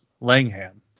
Langham